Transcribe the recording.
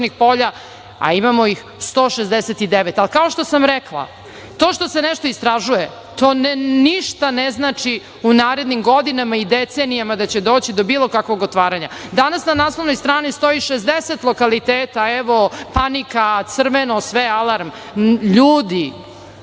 polja, a imamo ih 169.Kao što sam rekla, to što se nešto istražuje, to ništa ne znači u narednim godinama i decenijama da će doći do bilo kakvog otvaranja. Danas na naslovnoj strani stoji 60 lokaliteta, evo, panka, crveno sve, alarm. Ljudi,